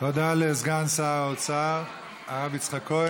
תודה לסגן שר האוצר הרב יצחק כהן.